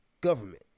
government